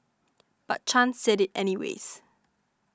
but Chan said it anyways